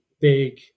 big